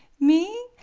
me?